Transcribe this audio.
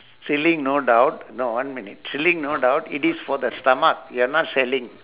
stealing no doubt you know no one minute stealing no doubt it is for the stomach we are not selling